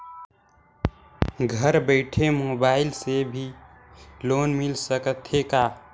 घर बइठे मोबाईल से भी लोन मिल सकथे का?